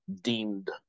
deemed